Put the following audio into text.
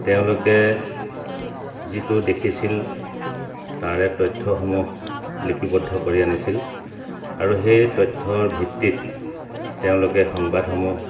তেওঁলোকে যিটো দেখিছিল তাৰে তথ্যসমূহ লিপিবদ্ধ কৰি আনিছিল আৰু সেই তথ্যৰ ভিত্তিত তেওঁলোকে সংবাদসমূহ